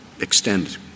extend